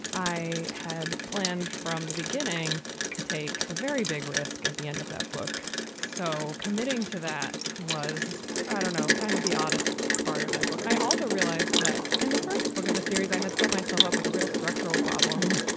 i had planned from the beginning to take a very big risk at the end of that book. so committing to that was, i don't know, kind of the oddest part of that book. i also realized that in the first book of the series, i had set myself up with a real structural problem.